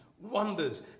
wonders